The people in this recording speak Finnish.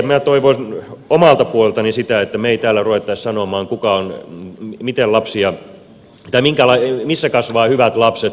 minä toivoisin omalta puoleltani sitä että me emme täällä rupeaisi sanomaan missä kasvavat hyvät lapset